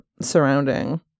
surrounding